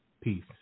Peace